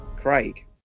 Craig